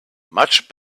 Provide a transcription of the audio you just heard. much